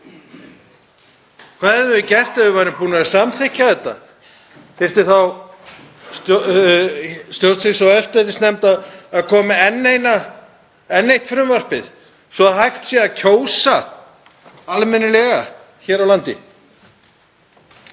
Hvað hefðum við gert ef við værum búin að samþykkja þetta? Þyrfti þá stjórnskipunar- og eftirlitsnefnd að koma með enn eitt frumvarpið svo að hægt væri að kjósa almennilega hér á landi?